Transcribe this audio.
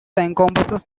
encompasses